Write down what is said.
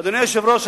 אדוני היושב-ראש,